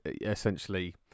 essentially